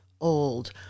old